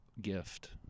gift